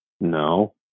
No